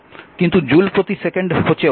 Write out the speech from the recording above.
কিন্তু জুল প্রতি second watt